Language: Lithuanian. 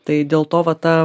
tai dėl to va ta